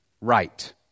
right